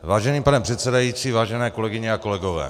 Vážený pane předsedající, vážené kolegyně a kolegové.